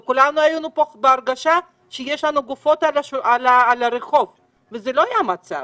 כולנו היינו פה בהרגשה שיש לנו גופות ברחוב וזה לא היה המצב.